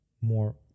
more